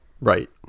Right